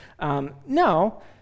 No